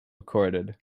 recorded